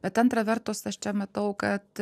bet antra vertus aš čia matau kad